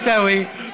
כבוד היושב-ראש,